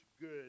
good